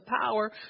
power